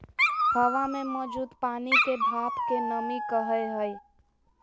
हवा मे मौजूद पानी के भाप के नमी कहय हय